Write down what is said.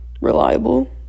reliable